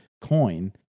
coin